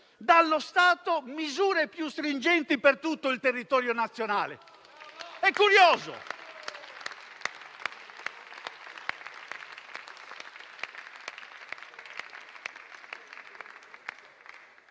dallo Stato misure più stringenti per tutto il territorio nazionale.